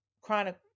chronic